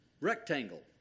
rectangle